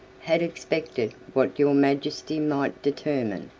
had expected what your majesty might determine,